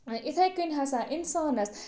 یِتھَے کٔنۍ ہسا اِنسانَس